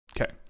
Okay